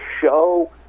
show